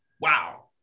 Wow